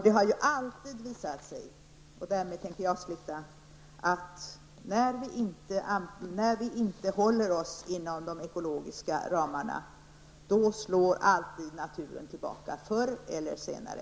Det har alltid visat sig, och därmed tänker jag sluta, att när vi inte håller oss inom de ekologiska ramarna slår naturen alltid tillbaka förr eller senare.